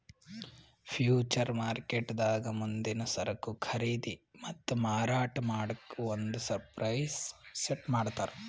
future ಮಾರ್ಕೆಟ್ದಾಗ್ ಮುಂದಿನ್ ಸರಕು ಖರೀದಿ ಮತ್ತ್ ಮಾರಾಟ್ ಮಾಡಕ್ಕ್ ಒಂದ್ ಪ್ರೈಸ್ ಸೆಟ್ ಮಾಡ್ತರ್